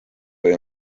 või